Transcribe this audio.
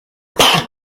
hano